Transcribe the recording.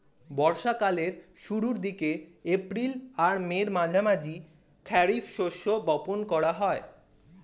বর্ষা কালের শুরুর দিকে, এপ্রিল আর মের মাঝামাঝি খারিফ শস্য বপন করা হয়